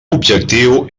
objectiu